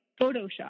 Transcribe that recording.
Photoshop